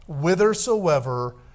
whithersoever